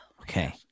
Okay